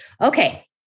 Okay